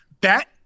bet